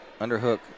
Underhook